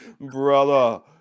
Brother